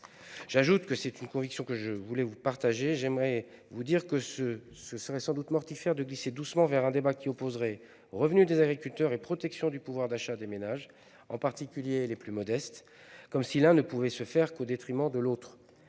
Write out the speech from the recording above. sénateurs- c'est une conviction que j'aimerais vous faire partager -, qu'il serait sans doute mortifère de glisser doucement vers un débat qui opposerait revenu des agriculteurs et protection du pouvoir d'achat des ménages, en particulier les plus modestes, comme si l'un ne pouvait s'améliorer qu'au détriment de l'autre.